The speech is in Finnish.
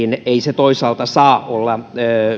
ei toisaalta saa olla